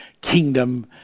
kingdom